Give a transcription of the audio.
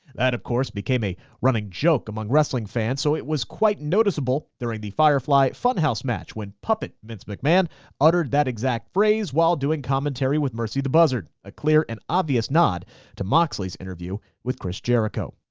that, of course, became a running joke among wrestling fans. so it was quite noticeable during the firefly fun house match when puppet vince mcmahon uttered that exact phrase while doing commentary with mercy the buzzard. a clear and obvious nod to moxley's interview with chris jericho.